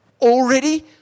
already